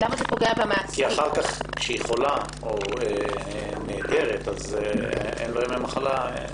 כי אחר כך כשהיא חולה או נעדרת אז אין לה ימי מחלה.